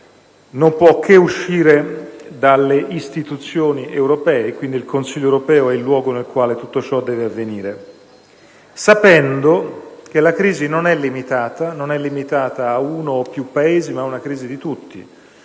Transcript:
non può che uscire dalle istituzioni europee; quindi, il Consiglio europeo è il luogo nel quale tutto ciò deve avvenire, sapendo che la crisi non è limitata ad uno o più Paesi: è una crisi di tutti,